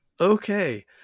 Okay